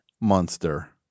monster